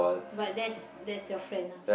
but that's that's your friend ah